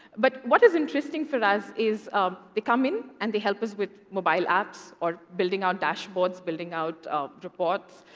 but what is interesting for us is ah they come in, and they help us with mobile apps, or building our dashboards, building out reports,